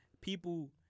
People